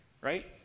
right